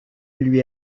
lui